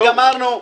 גמרנו.